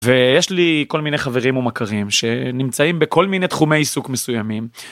ויש לי כל מיני חברים ומכרים שנמצאים בכל מיני תחומי עיסוק מסוימים.